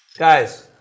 Guys